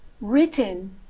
Written